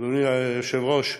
אדוני היושב-ראש,